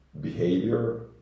behavior